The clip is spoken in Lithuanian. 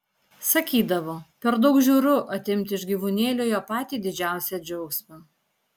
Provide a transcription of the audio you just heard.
sakydavo per daug žiauru atimti iš gyvūnėlio jo patį didžiausią džiaugsmą